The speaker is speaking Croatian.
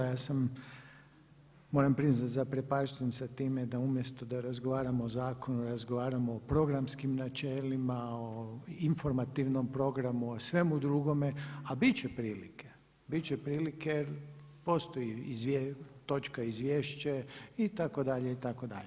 Ja sam moram priznati zaprepašten s time da umjesto da razgovaramo o zakonu razgovaramo o programskim načelima, o informativnom programu, o svemu drugome a biti će prilike jer postoji točka izvješće itd., itd.